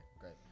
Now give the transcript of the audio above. great